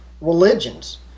religions